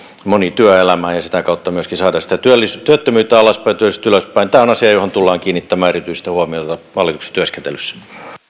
moni työelämään ja sitä kautta myöskin saada sitä työttömyyttä alaspäin ja työllisyyttä ylöspäin tämä on asia johon tullaan kiinnittämään erityisesti huomiota hallituksen työskentelyssä